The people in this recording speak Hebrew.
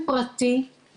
פקסים,